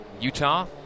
Utah